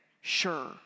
sure